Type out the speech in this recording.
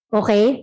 okay